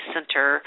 Center